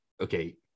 okay